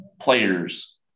players